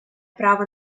право